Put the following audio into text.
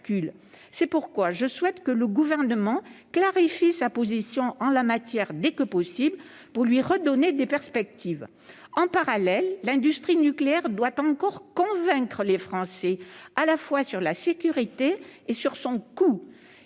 C'est pourquoi je souhaite que le Gouvernement clarifie sa position en la matière dès que possible pour redonner des perspectives à celle-ci. En parallèle, l'industrie nucléaire doit encore convaincre les Français à la fois sur sa sécurité et sur son coût.